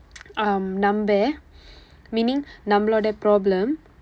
um நம்ப:nampa meaning நம்மளுடைய:nammaludaiya problem